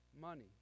money